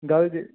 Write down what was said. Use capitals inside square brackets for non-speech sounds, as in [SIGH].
[UNINTELLIGIBLE]